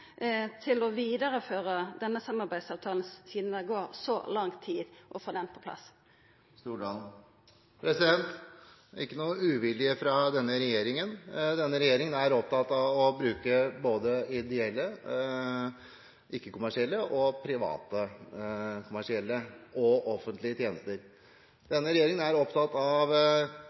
å føra vidare denne samarbeidsavtalen, sidan det tar så lang tid å få han på plass. Det er ikke noen uvilje fra denne regjeringens side. Denne regjeringen er opptatt av å bruke både ideelle ikke-kommersielle, private kommersielle og offentlige tjenester. Denne regjeringen er opptatt av